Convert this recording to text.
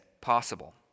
possible